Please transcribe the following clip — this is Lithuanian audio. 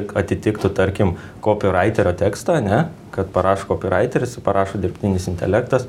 atitiktų tarkim kopiraiterio tekstą ne kad parašo kopiraiteris parašo dirbtinis intelektas